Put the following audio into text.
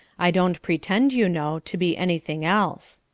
i don't pretend, you know, to be anything else.